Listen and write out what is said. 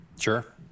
sure